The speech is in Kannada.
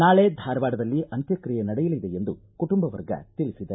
ನಾಳೆ ಧಾರವಾಡದಲ್ಲಿ ಅಂತ್ಯಕ್ರಿಯೆ ನಡೆಯಲಿದೆ ಎಂದು ಕುಟುಂಬ ವರ್ಗ ತಿಳಿಸಿದೆ